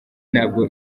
ntabwo